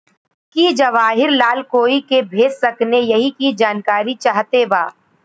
की जवाहिर लाल कोई के भेज सकने यही की जानकारी चाहते बा?